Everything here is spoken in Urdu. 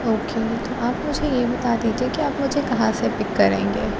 اوکے تو آپ مجھے یہ بتا دیجیے کہ آپ مجھے کہاں سے پک کریں گے